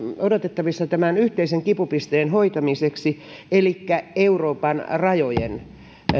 odotettavissa tämän yhteisen kipupisteen hoitamiseksi elikkä euroopan rajojen